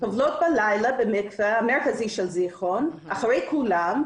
הן טובלות בלילה במקווה המרכזי של זיכרון אחרי כולן,